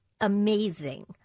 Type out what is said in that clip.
amazing